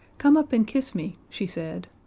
come up and kiss me, she said.